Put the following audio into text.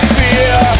fear